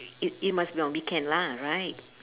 it it must be on weekend lah right